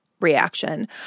reaction